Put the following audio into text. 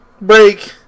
break